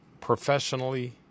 Professionally